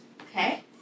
Okay